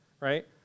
right